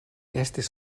estis